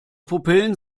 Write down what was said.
pupillen